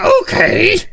Okay